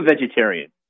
vegetarian